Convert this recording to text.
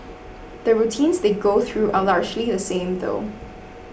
the routines they go through are largely the same though